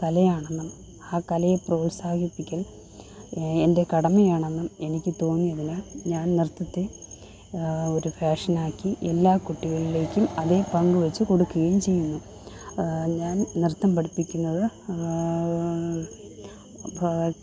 കലയാണെന്നും ആ കലയെ പ്രോത്സാഹിപ്പിക്കൽ എൻ്റെ കടമയാണെന്നും എനിക്ക് തോന്നിയതില് ഞാൻ നൃത്തത്തെ ഒരു പാഷനാക്കി എല്ലാ കുട്ടികളിലേക്കും അത് പങ്ക് വച്ച് കൊടുക്കുകയും ചെയ്യുന്നു ഞാൻ നൃത്തം പഠിപ്പിക്കുന്നത്